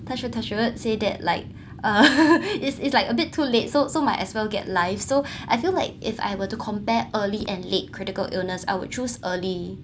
touch wood touch wood say that like is is like a bit too late so so might as well get life so I feel like if I were to compare early and late critical illness I would choose early